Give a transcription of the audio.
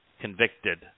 convicted